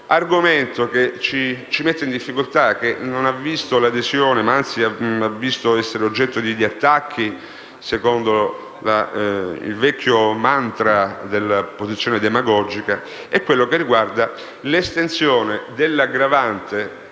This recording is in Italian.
argomento che ci mette in difficoltà, che non ha visto la nostra adesione ed è diventato oggetto di attacchi secondo il vecchio mantra della posizione demagogica, riguarda l'estensione dell'aggravante